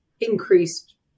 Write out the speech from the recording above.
increased